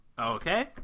Okay